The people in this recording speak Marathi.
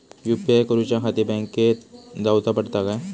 यू.पी.आय करूच्याखाती बँकेत जाऊचा पडता काय?